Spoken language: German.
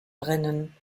brennen